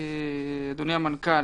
אדוני המנכ"ל,